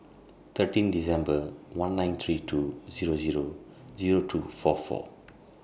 thirteen December one nine three two Zero Zero Zero two four four